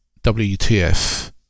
WTF